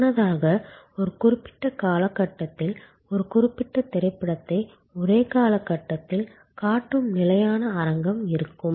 முன்னதாக ஒரு குறிப்பிட்ட கால கட்டத்தில் ஒரு குறிப்பிட்ட திரைப்படத்தை ஒரே கால கட்டத்தில் காட்டும் நிலையான அரங்கம் இருக்கும்